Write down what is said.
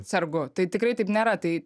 sergu tai tikrai taip nėra tai